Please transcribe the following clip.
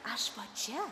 aš va čia